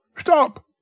Stop